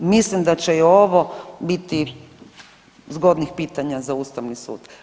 Mislim da će i ovo biti zgodnih pitanja za Ustavni sud.